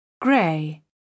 Gray